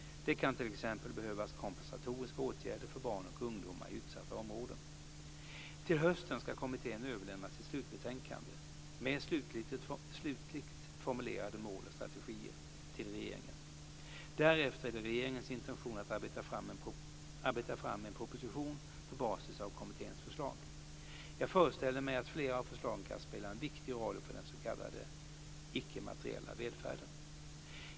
Det kan t.ex. behövas kompensatoriska åtgärder för barn och ungdomar i utsatta områden. Till hösten ska kommittén överlämna sitt slutbetänkande med slutligt formulerade mål och strategier till regeringen. Därefter är det regeringens intention att arbeta fram en proposition på basis av kommitténs förslag. Jag föreställer mig att flera av förslagen kan spela en viktig roll för den s.k. icke-materiella välfärden.